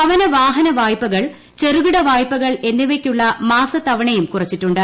ഭവന വാഹന വായ്പകൾ ചെറുകിട വായ്പകൾ എന്നിവയ്ക്കു മാസത്തവണയും കുറച്ചിട്ടുണ്ട്